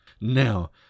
Now